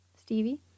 Stevie